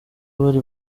buri